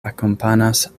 akompanas